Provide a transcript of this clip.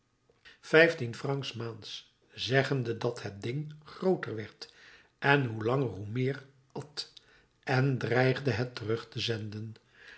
vijftien francs s maands zeggende dat het ding grooter werd en hoe langer hoe meer at en dreigende het terug te zenden